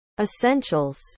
Essentials